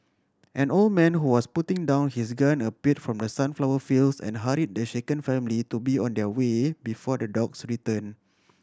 an old man who was putting down his gun appeared from the sunflower fields and hurried the shaken family to be on their way before the dogs return